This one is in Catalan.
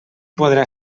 podrà